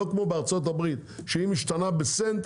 לא כמו בארצות הברית שאם השתנה המחיר בסנט,